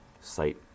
site